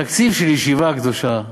תקציב של ישיבה קדושה,